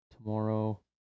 Tomorrow